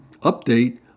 update